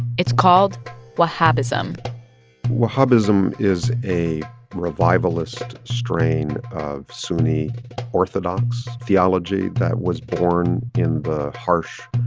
it's called wahhabism wahhabism is a revivalist strain of sunni orthodox theology that was born in the harsh,